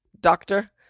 doctor